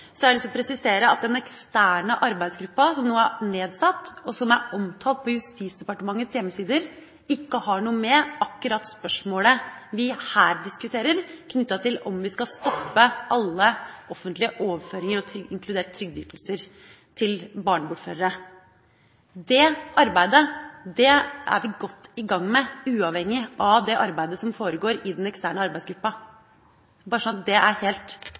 at den eksterne arbeidsgruppa som nå er nedsatt, og som er omtalt på Justisdepartementets hjemmesider, ikke har noe å gjøre med akkurat spørsmålet vi her diskuterer knyttet til om vi skal stoppe alle offentlige overføringer, inkludert trygdeytelser, til barnebortførere. Det arbeidet er vi godt i gang med, uavhengig av det arbeidet som foregår i den eksterne arbeidsgruppa – bare så det er helt